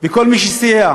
וכל מי שסייע.